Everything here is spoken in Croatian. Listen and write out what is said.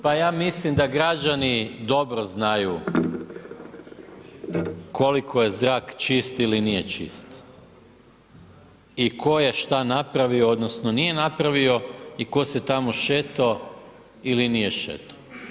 Pa ja mislim da građani dobro znaju koliko je zrak čist ili nije čist i tko je šta napravio odnosno nije napravio i ko se tamo šeto ili nije šeto.